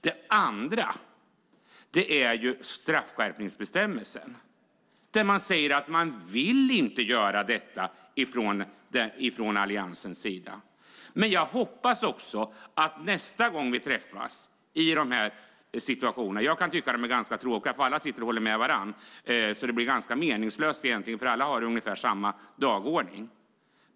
Det andra gäller straffskärpningsbestämmelsen, där Alliansen säger att de inte vill göra detta. Jag kan tycka att det är ganska tråkigt när vi träffas i de här situationerna, för alla sitter och håller med varandra. Det blir egentligen ganska meningslöst, för alla har ungefär samma dagordning.